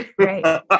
Right